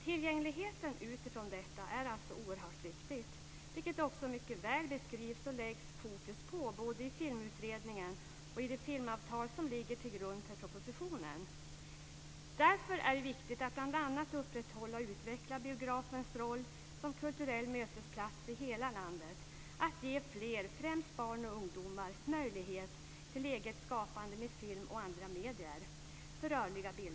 Tillgängligheten utifrån detta är alltså oerhört viktig. Detta beskrivs också mycket väl, och fokus läggs på det, både i Filmutredningen och i det filmavtal som ligger till grund för propositionen. Därför är det viktigt att bl.a. upprätthålla och utveckla biografens roll som kulturell mötesplats i hela landet. Man måste ge fler, främst barn och ungdomar, möjlighet till eget skapande med film och andra medier för rörliga bilder.